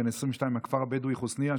בן 22 מהכפר הבדואי חוסנייה,